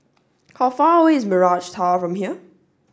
how far away is Mirage Tower from here